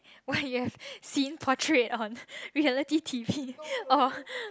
what you've seen portrait on reality T_V or